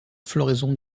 floraison